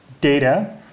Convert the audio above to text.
data